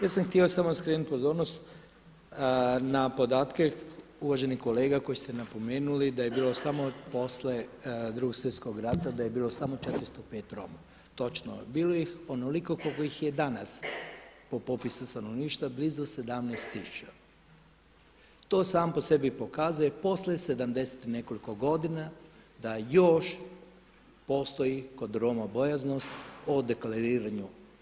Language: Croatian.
Ja sam htio samo skrenuti pozornost na podatke uvaženih kolega koje ste napomenuli da je bilo samo poslije Drugog svjetskog rata, da je bilo samo 405 Roma, …, bilo ih je onoliko koliko ih je danas po popisu stanovništva blizu 17 tisuća, to sam po sebi pokazuje poslije 70 i nekoliko godina da još postoji kod Roma bojaznost o deklariranju.